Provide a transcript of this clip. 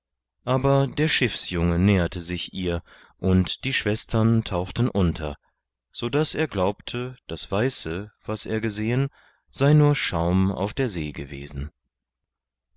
aber der schiffsjunge näherte sich ihr und die schwestern tauchten unter sodaß er glaubte das weiße was er gesehen sei nur schaum auf der see gewesen